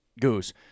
Goose